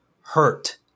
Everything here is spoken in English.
hurt